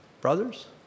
brothers